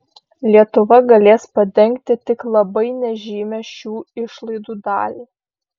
lietuva galės padengti tik labai nežymią šių išlaidų dalį